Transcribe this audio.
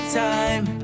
time